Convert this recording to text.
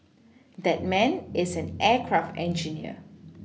that man is an aircraft engineer